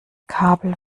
kabel